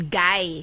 guy